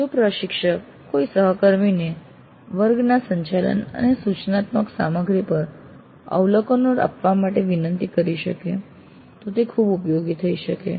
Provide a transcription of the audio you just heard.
જો પ્રશિક્ષક કોઈ સહકર્મીને વર્ગોના સંચાલન અને સૂચનાત્મક સામગ્રી પર અવલોકનો આપવા વિનંતી કરી શકે તો તે ખૂબ ઉપયોગી થઈ શકે છે